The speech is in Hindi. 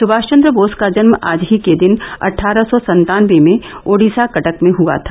सुमाष चन्द्र बोस का जन्म आज ही के देदन अटठारह सौ सत्तानबे में ओडिसा कटक में हआ था